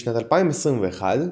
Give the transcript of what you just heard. משנת 2021,